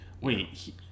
Wait